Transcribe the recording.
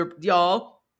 y'all